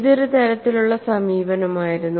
ഇതൊരു തരത്തിലുള്ള സമീപനമായിരുന്നു